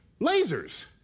lasers